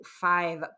five